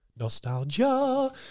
nostalgia